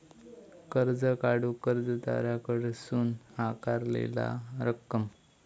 कर्ज काढूक कर्जदाराकडसून आकारलेला रक्कम